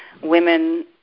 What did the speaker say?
women